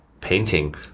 painting